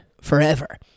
forever